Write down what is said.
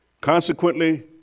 Consequently